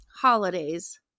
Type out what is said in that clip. Holidays